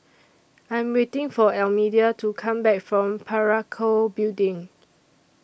I Am waiting For Almedia to Come Back from Parakou Building